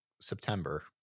September